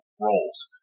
roles